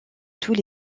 tous